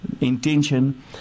intention